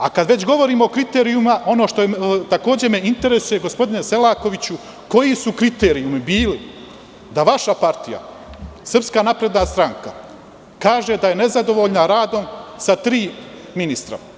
Kad već govorimo o kriterijuma, ono što me takođe interesuje, gospodine Selakoviću, je koji su kriterijumi bili da vaša partija, SNS, kaže da je nezadovoljna radom sa tri ministra?